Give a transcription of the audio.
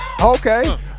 Okay